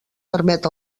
permet